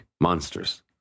Monsters